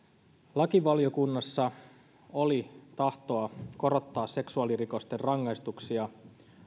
lakivaliokunnassa oli tahtoa korottaa seksuaalirikosten rangaistuksia